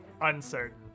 Uncertain